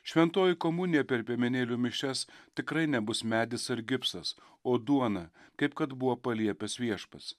šventoji komunija per piemenėlių mišias tikrai nebus medis ar gipsas o duona kaip kad buvo paliepęs viešpats